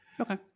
Okay